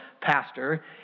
pastor